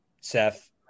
Seth